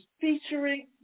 featuring